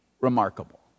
remarkable